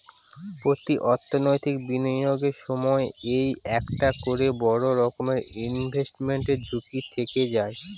প্রতি অর্থনৈতিক বিনিয়োগের সময় এই একটা করে বড়ো রকমের ইনভেস্টমেন্ট ঝুঁকি থেকে যায়